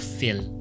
fill